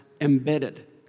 embedded